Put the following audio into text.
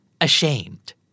ashamed